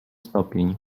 stopień